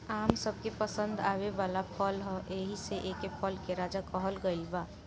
आम सबके पसंद आवे वाला फल ह एही से एके फल के राजा कहल गइल बा